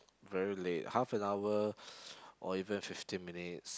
very late half an hour or even fifteen minutes